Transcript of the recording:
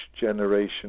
generation